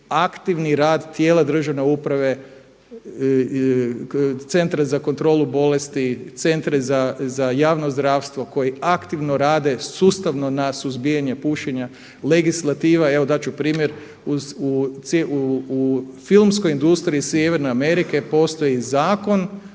aktivni rad tijela državne uprave, Centra za kontrolu bolesti, Centri za javno zdravstvo koji aktivno rade sustavno na suzbijanje pušenja, legislativa evo dat ću primjer. U filmskoj industriji Sjeverne Amerike postoji zakon